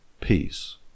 peace